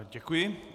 Děkuji.